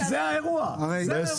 זה האירוע, זה האירוע.